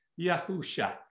Yahusha